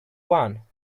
one